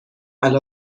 علی